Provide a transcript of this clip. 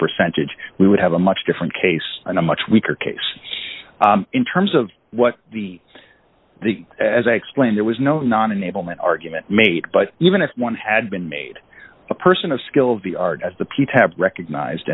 percentage we would have a much different case and a much weaker case in terms of what the the as i explained there was no non enablement argument made but even if one had been made a person of skill of the art as the pete had recognized